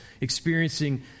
experiencing